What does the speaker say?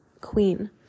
Queen